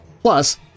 Plus